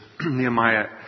Nehemiah